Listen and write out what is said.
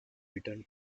return